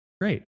Great